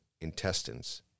intestines